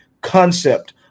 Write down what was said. concept